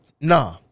Nah